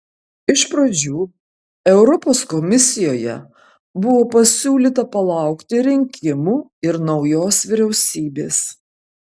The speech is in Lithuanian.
iš pradžių europos komisijoje buvo pasiūlyta palaukti rinkimų ir naujos vyriausybės